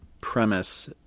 premise